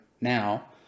now